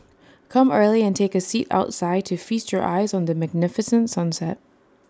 come early and take A seat outside to feast your eyes on the magnificent sunset